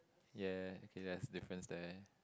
ya it has difference there